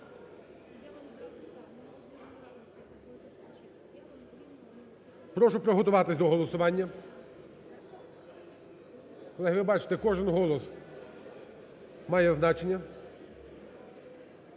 Прошу приготуватись до голосування. Колеги, ви бачите, кожен голос має значення.